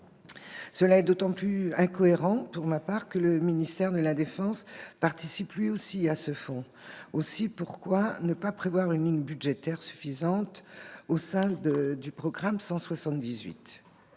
selon moi, d'autant plus incohérent que le ministère de la défense participe lui aussi à ce fonds. Dans ces conditions, pourquoi ne pas prévoir une ligne budgétaire suffisante au sein du programme 178 ?